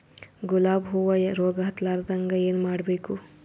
ಗುಲಾಬ್ ಹೂವು ರೋಗ ಹತ್ತಲಾರದಂಗ ಏನು ಮಾಡಬೇಕು?